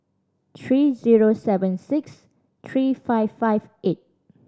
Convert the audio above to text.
three zero seven six three five five eight